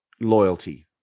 loyalty